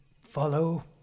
Follow